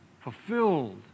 fulfilled